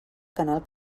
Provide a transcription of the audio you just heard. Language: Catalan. canal